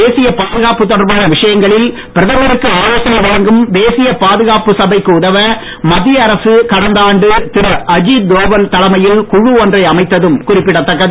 தேசிய பாதுகாப்பு தொடர்பான விஷயங்களில் பிரதமருக்கு ஆலோசனை வழங்கும் தேசிய பாதுகாப்பு சபைக்கு உதவ மத்திய அரசு கடந்த ஆண்டு திரு அஜீத் தோவல் தலைமையில் குழு ஒன்றை அமைத்ததும் குறிப்பிட தக்கது